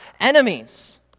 enemies